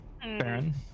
Baron